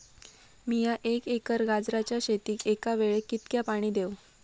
मीया एक एकर गाजराच्या शेतीक एका वेळेक कितक्या पाणी देव?